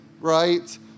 right